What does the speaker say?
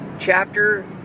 Chapter